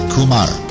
Kumar